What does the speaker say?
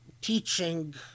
teaching